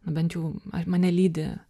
na bent jau mane lydi